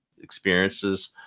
experiences